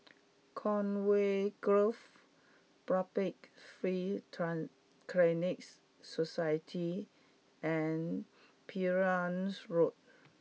Conway Grove Public Free Clinic Society and Perahu Road